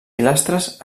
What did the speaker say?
pilastres